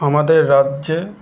আমাদের রাজ্যে